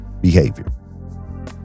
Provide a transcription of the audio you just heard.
Behavior